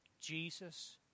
Jesus